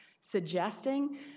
suggesting